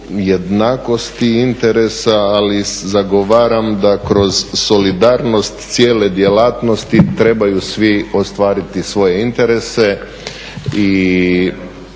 jednakosti interesa ali zagovaram da kroz solidarnost cijele djelatnosti trebaju svi ostvariti svoje interese.